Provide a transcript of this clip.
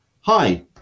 hi